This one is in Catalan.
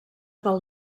del